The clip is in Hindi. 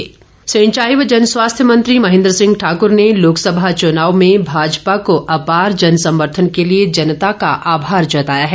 महेन्द्र सिंह सिंचाई व जनस्वास्थ्य मंत्री महेन्द्र सिंह ठाकुर ने लोकसभा चुनाव में भाजपा को अपार जनसमर्थन के लिए जनता का आभार जताया है